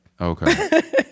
okay